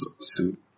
suit